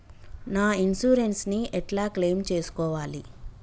నా ఇన్సూరెన్స్ ని ఎట్ల క్లెయిమ్ చేస్కోవాలి?